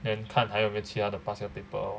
and 看还有没有其它的 past year paper lor